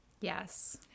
Yes